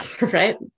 right